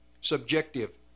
subjective